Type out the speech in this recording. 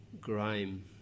grime